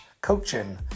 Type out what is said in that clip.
coaching